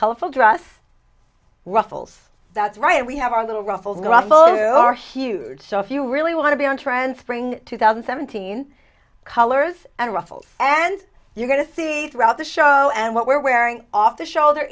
colorful dross ruffles that's right we have our little ruffles are huge so if you really want to be on trend bring two thousand seventeen colors and ruffles and you're going to see throughout the show and what we're wearing off the shoulder